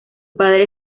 padre